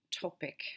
topic